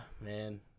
man